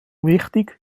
wichtig